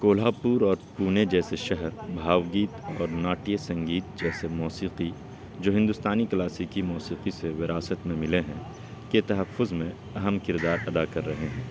کولہاپور اور پونے جیسے شہر بھاؤگیت اور ناٹیہ سنگیت جیسے موسیقی جو ہندوستانی کلاسیکی موسیقی سے وراثت میں ملے ہیں کے تحفظ میں اہم کردار ادا کر رہے ہیں